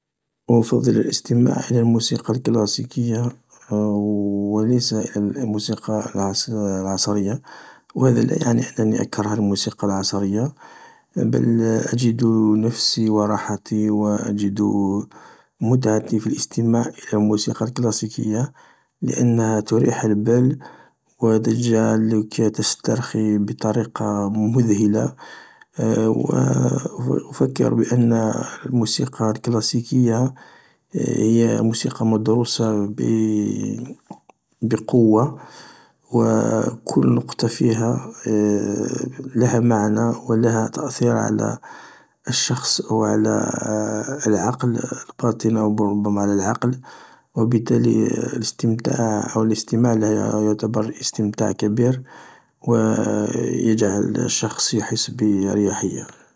أفضل الاستماع الى الموسيقى الكلاسيكية و ليس الى الموسيقى العصرية و هذا لا يعني انني أكره الموسيقى العصرية بل أجد نفسي و راحتي وأجد متعتي في الاستماع الى الموسيقى الكلاسيكية لأنها تريح البال و تجعلك تسترخي بطريقة مذهلة، و وأفكر بأن الموسيقى الكلاسيكية هي موسيقى مدروسة بقوة و كل نقطة فيها لها معنى و لها تأثير على الشخص أو على العقل الباطن أو ربما على العقل و بالتالي الاستمتاع أو الاستماع لها يعتبر استمتاع كبير و يجعل الشخص يحس بأرياحية.